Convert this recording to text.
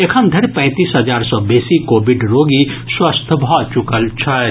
एखनधरि पैंतीस हजार सॅ बेसी कोविड रोगी स्वस्थ भऽ चुकल छथि